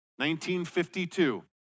1952